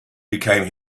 became